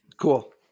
cool